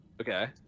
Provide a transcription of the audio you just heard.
Okay